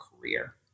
career